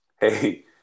hey